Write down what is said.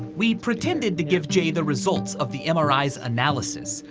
we pretended to give jay the results of the mris analysis,